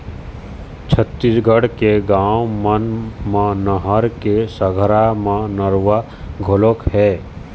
छत्तीसगढ़ के गाँव मन म नहर के संघरा म नरूवा घलोक हे